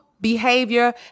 behavior